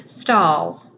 stalls